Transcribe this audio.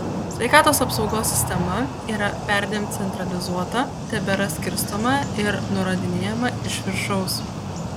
sveikatos apsaugos sistema yra perdėm centralizuota tebėra skirstoma ir nurodinėjama iš viršaus